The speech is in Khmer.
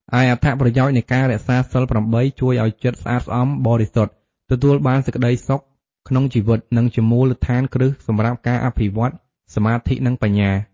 ឯអត្ថប្រយោជន៍នៃការរក្សាសីល ៨ ជួយឱ្យចិត្តស្អាតស្អំ បរិសុទ្ធ ទទួលបានសេចក្តីសុខក្នុងជីវិត និងជាមូលដ្ឋានគ្រឹះសម្រាប់ការអភិវឌ្ឍសមាធិ និងបញ្ញា។